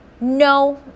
No